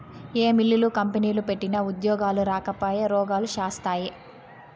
ఏ మిల్లులు, కంపెనీలు పెట్టినా ఉద్యోగాలు రాకపాయె, రోగాలు శాస్తాయే